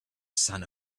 sun